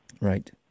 Right